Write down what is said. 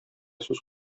сүз